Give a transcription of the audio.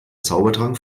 zaubertrank